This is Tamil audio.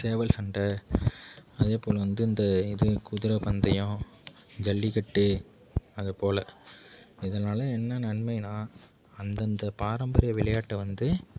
சேவல் சண்டை அதே போல் வந்து இந்த இது குதிரை பந்தயம் ஜல்லிக்கட்டு அது போல் இதனால் என்ன நன்மைன்னால் அந்தந்த பாரம்பரிய விளையாட்டை வந்து